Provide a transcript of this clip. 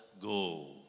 go